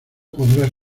podrás